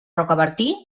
rocabertí